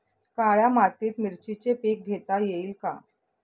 काळ्या मातीत मिरचीचे पीक घेता येईल का?